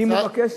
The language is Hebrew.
ואם נבקש,